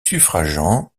suffragant